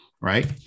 right